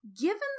Given